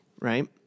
right